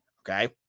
okay